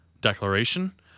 declaration